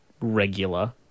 regular